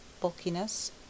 bulkiness